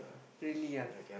really ah